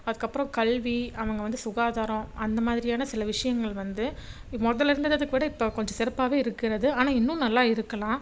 அதுக்கப்பறம் கல்வி அவங்க வந்து சுகாதாரம் அந்த மாதிரியான சில விஷயங்கள் வந்து முதல்ல இருந்தததுக்கு விட இப்போ கொஞ்சம் சிறப்பாகவே இருக்கிறது ஆனால் இன்னும் நல்லா இருக்கலாம்